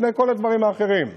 לפני כל הדברים האחרים,